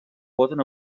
poden